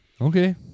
okay